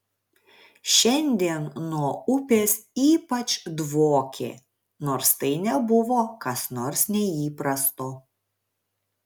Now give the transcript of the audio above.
šiandien nuo upės ypač dvokė nors tai nebuvo kas nors neįprasto